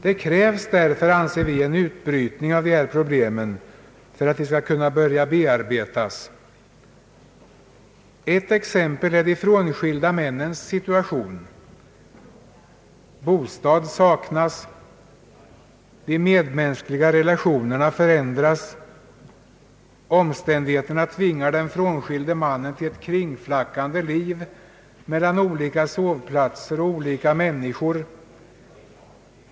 Det krävs därför, anser vi, en utbrytning av dessa problem för att det skall bli möjligt att börja bearbeta dem. Ett exempel är de frånskilda männens situation. Bostad saknas, de medmänskliga relationerna förändras och omständigheterna tvingar den frånskilde mannen till ett kringflackande liv mellan olika sovplatser och hos olika människor.